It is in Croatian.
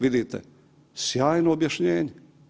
Vidite, sjajno objašnjenje.